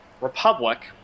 Republic